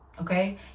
Okay